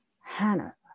Hannah